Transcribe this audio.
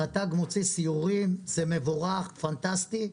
רט"ג מוציאה סיורים זה מבורך, פנטסטי,